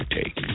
take